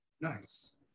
Nice